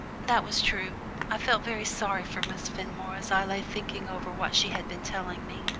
that was true. i felt very sorry for miss fenmore as i lay thinking over what she had been telling me.